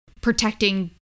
protecting